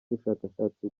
ubushakashatsi